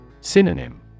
Synonym